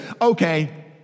okay